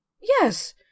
Yes